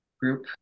group